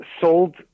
sold